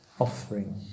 offering